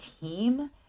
team